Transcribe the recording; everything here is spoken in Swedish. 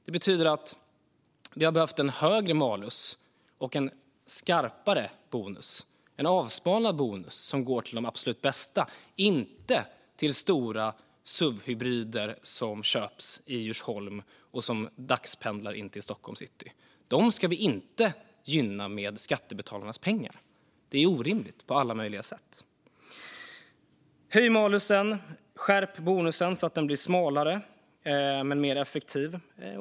Det betyder att vi behöver en högre malus och en skarpare bonus, en avsmalnad bonus som går till de absolut bästa, inte till stora suvhybrider som köps i Djursholm och dagpendlar in till Stockholms city. Dem ska vi inte gynna med skattebetalarnas pengar. Det är orimligt på alla möjliga sätt. Höj malusen och skärp bonusen så att den blir smalare men mer effektiv!